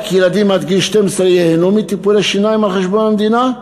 רק ילדים עד גיל 12 ייהנו מטיפולי שיניים על חשבון המדינה,